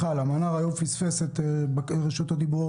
לא בזום, והוא פספס את רשות הדיבור.